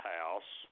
House